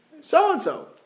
so-and-so